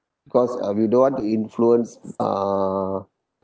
cause uh we don't want to influence uh